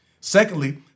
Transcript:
Secondly